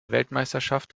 weltmeisterschaft